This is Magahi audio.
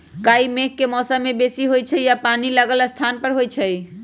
काई मेघ के मौसम में बेशी होइ छइ आऽ पानि लागल स्थान पर होइ छइ